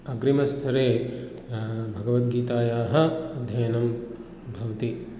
अग्रिमस्तरे भगवद्गीतायाः अध्ययनं भवति